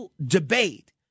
Debate